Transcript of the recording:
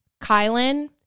Kylan